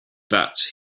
that